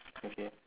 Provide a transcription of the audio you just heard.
okay